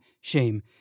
shame